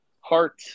heart